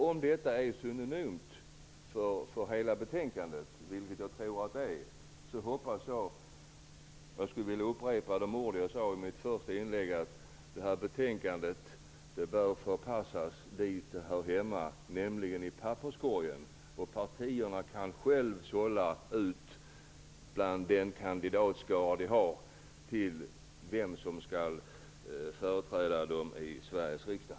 Om detta är signifikativt för hela betänkandet, vilket jag tror att det är, vill jag upprepa vad jag sade i mitt första inlägg: Detta betänkande bör förpassas dit det hör hemma, nämligen i papperskorgen. Partierna kan själva sålla i kandidatskaran och komma fram till vem som skall företräda dem i Sveriges riksdag.